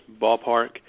ballpark